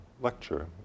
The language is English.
lecture